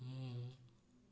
ମୁଁ